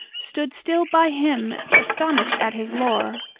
stood still, by him astonished at his lore,